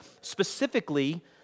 specifically